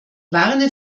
warne